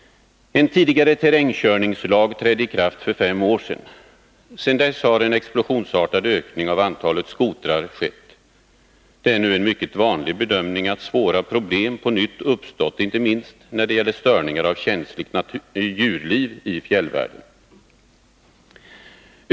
En tidigare terrängkörningslag trädde i kraft för fem år sedan. Sedan dess har en explosionsartad ökning av antalet skotrar skett. Det är nu en mycket vanlig bedömning att svåra problem på nytt uppstått, inte minst när det gäller störningar av känsligt djurliv i fjällvärlden.